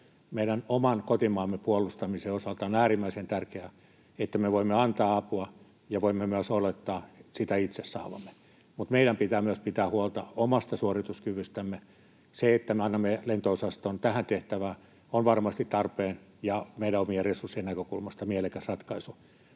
Meidän oman kotimaamme puolustamisen osalta on äärimmäisen tärkeää, että me voimme antaa apua ja voimme myös olettaa sitä itse saavamme, mutta meidän pitää myös pitää huolta omasta suorituskyvystämme. Se, että me annamme lento-osaston tähän tehtävään, on varmasti tarpeen ja meidän omien resurssien näkökulmasta mielekäs ratkaisu,